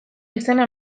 izena